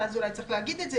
אולי צריך להגיד את זה,